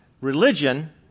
Religion